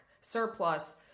surplus